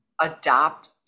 adopt